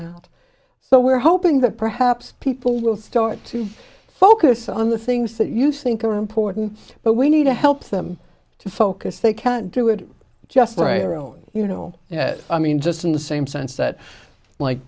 that so we're hoping that perhaps people will start to focus on the things that you think are important but we need to help them to focus they can't do it just right our own you know i mean just in the same sense that like